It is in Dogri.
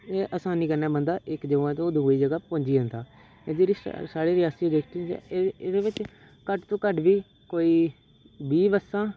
एह् असानी कन्नै बन्दा इक जगह् तो दुई जगह् पुज्जी जन्दा एह् जेह्ड़ी साढ़ी रियासी डिस्ट्रिक्ट एह्दे बिच घट्ट तो घट्ट बी कोई बीह् बस्सां